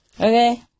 Okay